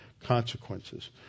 consequences